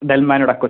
ഡെൽമാൻ Edakochi